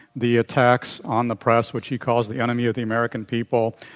the attacks on the press, which he calls the enemy of the american people,